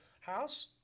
house